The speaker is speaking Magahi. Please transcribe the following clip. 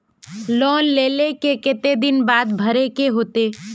लोन लेल के केते दिन बाद भरे के होते?